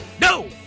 No